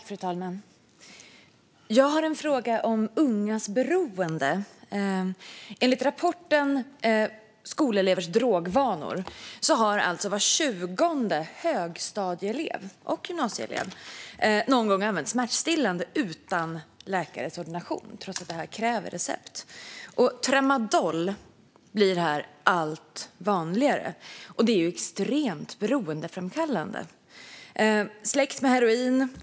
Fru talman! Jag har en fråga om ungas beroende. Enligt rapporten Skolelevers drogvanor har var 20:e högstadieelev och gymnasieelev någon gång använt smärtstillande utan läkares ordination, trots att det krävs recept. Tramadol blir här allt vanligare. Det är extremt beroendeframkallande, släkt med heroin.